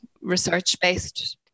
research-based